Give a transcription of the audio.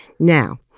Now